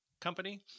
Company